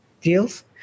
deals